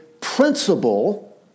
principle